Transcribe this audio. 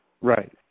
Right